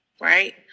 right